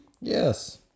Yes